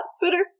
Twitter